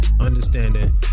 understanding